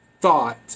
thought